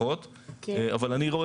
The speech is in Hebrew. פחות באו לידי ביטוי.